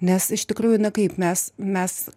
nes iš tikrųjų na kaip mes mes